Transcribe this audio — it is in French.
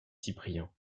cyprien